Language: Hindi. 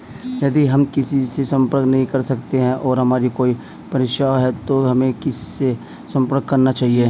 यदि हम किसी से संपर्क नहीं कर सकते हैं और हमारा कोई प्रश्न है तो हमें किससे संपर्क करना चाहिए?